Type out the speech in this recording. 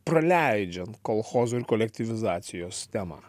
praleidžiant kolchozų ir kolektyvizacijos temą